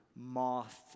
moth